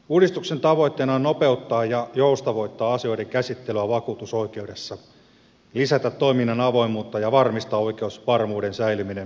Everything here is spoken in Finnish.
uudistuksen tavoitteena on nopeuttaa ja joustavoittaa asioiden käsittelyä vakuutusoikeudessa lisätä toiminnan avoimuutta ja varmistaa oikeusvarmuuden säilyminen korkealla tasolla